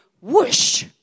whoosh